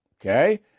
Okay